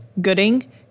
Gooding